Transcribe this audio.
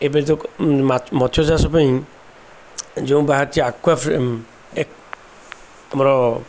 ଏବେ ତ ଚାଷ ପାଇଁ ଯେଉଁ ବାହାରିଛି ଆମର